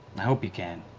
hope you can.